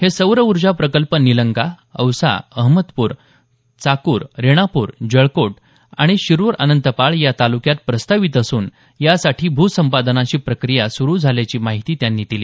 हे सौर ऊर्जा प्रकल्प निलंगा औसा अहमदपूर चाकूर रेणापूर जळकोट आणि शिरुर अनंतपाळ या तालुक्यात प्रस्तावित असून यासाठी भूसंपादनाची प्रक्रिया सुरु झाल्याची माहिती त्यांनी दिली